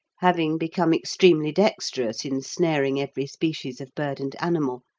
having become extremely dexterous in snaring every species of bird and animal,